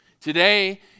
Today